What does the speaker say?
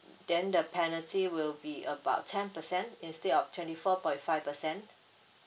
then the penalty will be about ten percent instead of twenty four point five percent